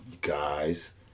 guys